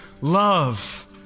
love